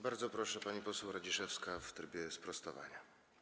Bardzo proszę, pani poseł Radziszewska w trybie sprostowania.